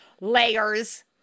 layers